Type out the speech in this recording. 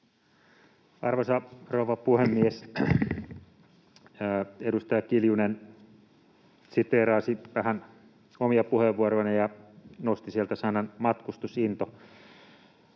Arvoisa rouva puhemies! Edustaja Kiljunen siteerasi vähän omia puheenvuorojani ja nosti sieltä sanan ”matkustusinto”.